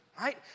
right